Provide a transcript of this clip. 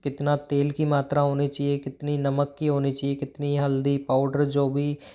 कितना तेल की मात्रा होनी चाहिए कितनी नमक की होनी चाहिए कितनी हल्दी पाउडर जो भी